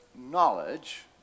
knowledge